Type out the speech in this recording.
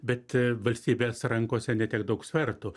bet valstybės rankose ne tiek daug svertų